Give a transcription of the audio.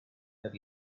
have